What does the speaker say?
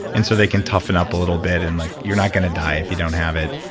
and so they can toughen up a little bit, and like you're not going to die if you don't have it.